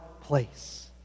place